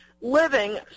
living